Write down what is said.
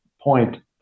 point